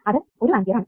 അത് 1 ആംപിയർ ആണ്